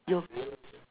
your